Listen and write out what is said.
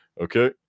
Okay